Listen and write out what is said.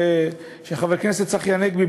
וחבר הכנסת צחי הנגבי,